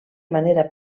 manera